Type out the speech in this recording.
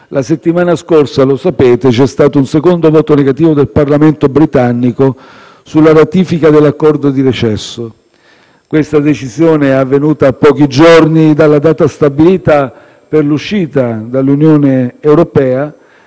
la settimana scorsa - lo sapete - c'è stato un secondo voto negativo del Parlamento britannico sulla ratifica dell'accordo di recesso. Questa decisione è avvenuta a pochi giorni dalla data stabilita per l'uscita dall'Unione europea